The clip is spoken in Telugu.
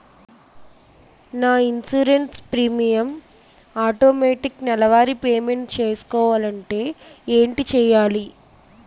నా ఇన్సురెన్స్ ప్రీమియం ఆటోమేటిక్ నెలవారి పే మెంట్ చేసుకోవాలంటే ఏంటి చేయాలి?